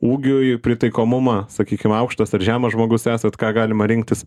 ūgiui pritaikomumą sakykim aukštas ar žemas žmogus esat ką galima rinktis